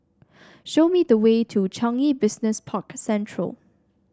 show me the way to Changi Business Park Central